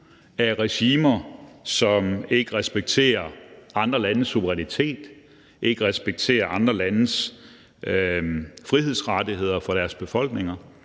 af regimer, som ikke respekterer andre landes suverænitet og ikke respekterer andre landes frihedsrettigheder for deres befolkninger.